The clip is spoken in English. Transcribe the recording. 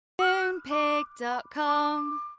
Moonpig.com